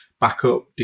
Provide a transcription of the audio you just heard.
backup